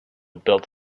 built